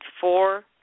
four